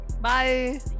Bye